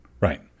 right